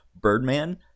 Birdman